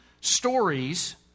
stories